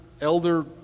elder